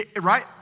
Right